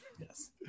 Yes